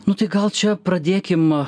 nu tai gal čia pradėkim